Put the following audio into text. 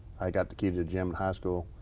i got the key to the gym in high school.